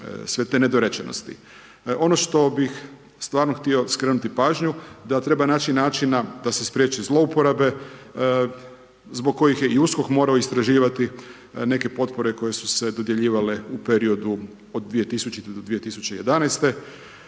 sve te nedorečenosti. Ono što bih stvarno htio skrenuti pažnju da treba naći načina da se spriječi zlouporabe zbog kojih je i USKOK morao istraživati neke potpore koje su se dodjeljivale u periodu od 2000. do 2011.,